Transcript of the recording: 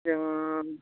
जों